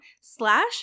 slash